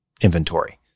inventory